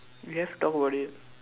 you have to talk about it